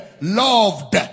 Loved